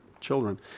children